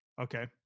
Okay